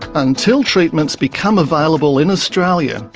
until treatments become available in australia,